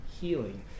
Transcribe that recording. Healing